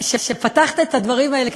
כשפתחת את הדברים האלה,